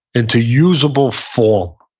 into usable form,